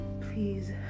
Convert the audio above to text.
Please